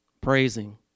praising